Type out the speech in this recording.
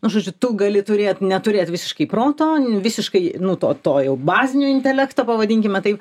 nu žodžiu tu gali turėt neturėt visiškai proto visiškai nu to to jau bazinio intelekto pavadinkime taip